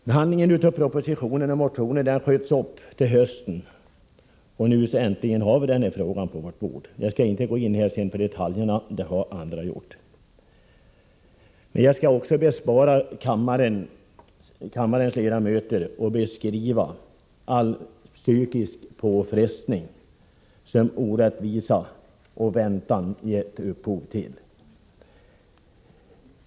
Behandlingen av propositionen och motionen sköts upp till hösten, och nu har vi äntligen den här frågan på vårt bord. Jag skall inte gå in på detaljerna; det har andra gjort. Jag skall också bespara kammarens ledamöter en beskrivning av all psykisk påfrestning som orättvisa och väntan givit upphov till.